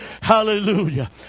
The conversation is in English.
Hallelujah